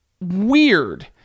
weird